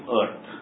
earth